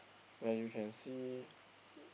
where you can see